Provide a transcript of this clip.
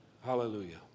Hallelujah